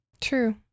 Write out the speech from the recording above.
True